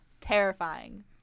terrifying